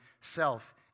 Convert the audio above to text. self